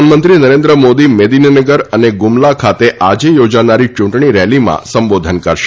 પ્રધાનમંત્રી નરેન્દ્ર મોદી મેદીનીનગર અને ગુમલા ખાતે આજે યોજાનારી ચૂંટણી રેલીમાં સંબોધન કરશે